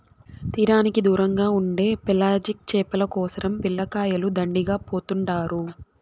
తీరానికి దూరంగా ఉండే పెలాజిక్ చేపల కోసరం పిల్లకాయలు దండిగా పోతుండారు